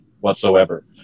whatsoever